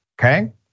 okay